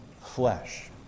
flesh